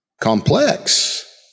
Complex